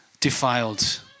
defiled